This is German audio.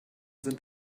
sind